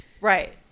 right